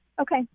Okay